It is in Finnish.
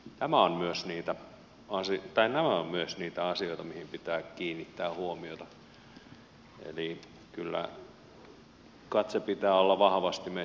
tämä on myös niitä on nämä ovat myös niitä asioita mihin pitää kiinnittää huomiota eli kyllä katseen pitää olla vahvasti me